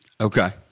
Okay